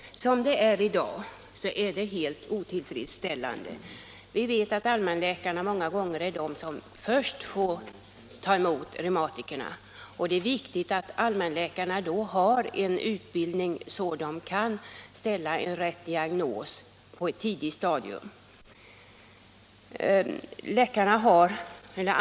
I dag är läget helt otillfredsställande. Vi vet att allmänläkarna många gånger är de som först får ta emot reumatikerna, och det är viktigt att allmänläkarna då har en sådan utbildning att de på ett tidigt stadium kan ställa en riktig diagnos.